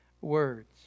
words